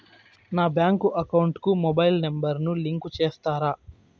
నా bank account కు mobile number ను లింకు చేస్తారా?